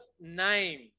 name